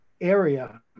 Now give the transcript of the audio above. area